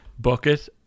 bucket